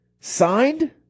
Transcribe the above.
signed